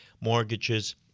mortgages